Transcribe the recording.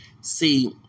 See